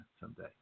someday